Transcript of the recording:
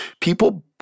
People